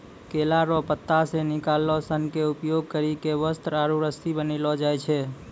केला रो पत्ता से निकालो सन के उपयोग करी के वस्त्र आरु रस्सी बनैलो जाय छै